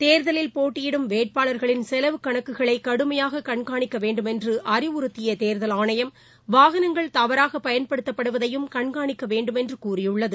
தேர்தலில் போட்டியிடும் வேட்பாளர்களின் செலவு கணக்குகளை தீவிரமாக கண்காணிக்க வேண்டுமென்று அறிவுறுத்திய தேர்தல் ஆணையம் வாகனங்கள் தவறாக பயன்படுத்தப்படுவதையும் கண்காணிக்க வேண்டுமென்று கூறியுள்ளது